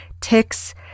ticks